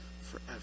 forever